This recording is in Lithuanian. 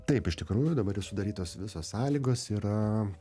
taip iš tikrųjų dabar sudarytos visos sąlygos yra